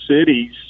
cities